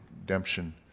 redemption